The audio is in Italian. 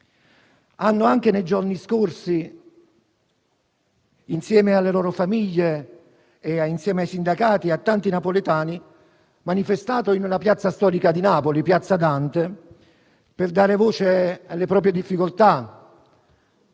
sarà incerto. Nei giorni scorsi, insieme alle loro famiglie, ai sindacati e a tanti napoletani, hanno anche manifestato in una piazza storica di Napoli - Piazza Dante - per dare voce alle proprie difficoltà